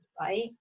right